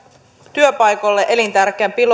työpaikoille elintärkeän